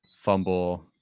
fumble